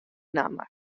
namme